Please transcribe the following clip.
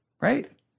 Right